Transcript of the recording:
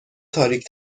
تاریک